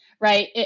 right